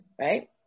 Right